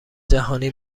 جهانی